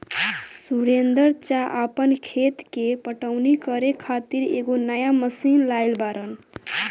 सुरेंदर चा आपन खेत के पटवनी करे खातिर एगो नया मशीन लाइल बाड़न